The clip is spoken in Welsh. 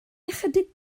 ychydig